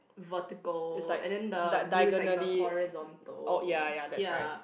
vertical and then the blue is like the horizontal ya